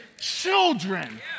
children